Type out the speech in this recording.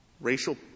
racial